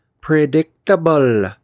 predictable